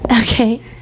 Okay